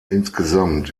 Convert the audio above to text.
insgesamt